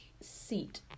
Seat